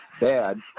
bad